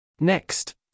Next